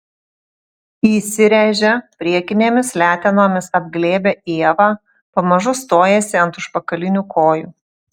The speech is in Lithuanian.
įsiręžia priekinėmis letenomis apglėbia ievą pamažu stojasi ant užpakalinių kojų